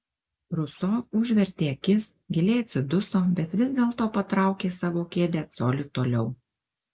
ruso užvertė akis giliai atsiduso bet vis dėlto patraukė savo kėdę coliu toliau